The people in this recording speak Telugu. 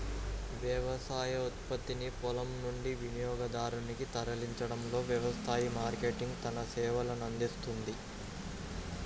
వ్యవసాయ ఉత్పత్తిని పొలం నుండి వినియోగదారునికి తరలించడంలో వ్యవసాయ మార్కెటింగ్ తన సేవలనందిస్తుంది